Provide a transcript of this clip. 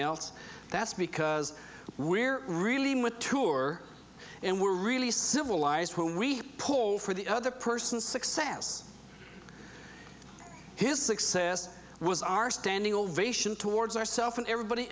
else that's because we're really mature and we're really civilized when we pull for the other person success his success was our standing ovation towards ourself and everybody